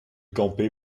camper